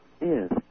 Yes